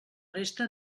resta